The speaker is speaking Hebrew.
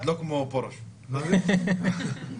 יש פה עבודה אינטנסיבית מבוקר עד ערב על התקנות,